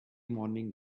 morning